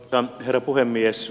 arvoisa herra puhemies